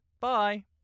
Bye